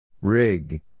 Rig